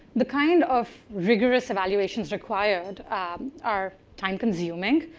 the kind of rigorous evaluations required are time-consuming.